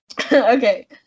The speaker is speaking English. Okay